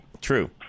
True